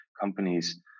companies